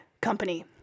company